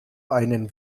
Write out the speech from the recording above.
einen